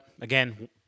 Again